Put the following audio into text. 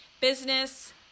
business